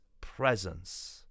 presence